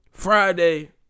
Friday